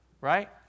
Right